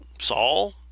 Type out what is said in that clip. Saul